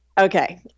Okay